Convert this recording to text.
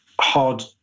hard